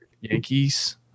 Yankees